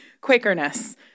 Quakerness